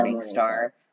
star